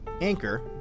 Anchor